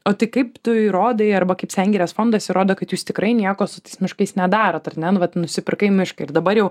o tai kaip tu įrodai arba kaip sengirės fondas įrodo kad jūs tikrai nieko su miškais nedarot ar ne nu vat nusipirkai mišką ir dabar jau